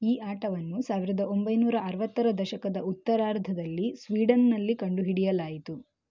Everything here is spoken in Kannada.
ಈ ಆಟವನ್ನು ಸಾವಿರದ ಒಂಬೈನೂರ ಅರುವತ್ತರ ದಶಕದ ಉತ್ತರಾರ್ಧದಲ್ಲಿ ಸ್ವೀಡನ್ನಲ್ಲಿ ಕಂಡುಹಿಡಿಯಲಾಯಿತು